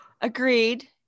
Agreed